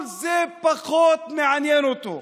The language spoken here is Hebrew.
כל זה פחות מעניין אותו.